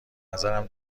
نظرم